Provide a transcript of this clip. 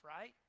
right